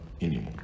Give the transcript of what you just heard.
anymore